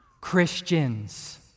Christians